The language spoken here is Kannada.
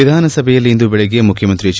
ವಿಧಾನಸಭೆಯಲ್ಲಿ ಇಂದು ಬೆಳಗ್ಗೆ ಮುಖ್ಯಮಂತ್ರಿ ಎಚ್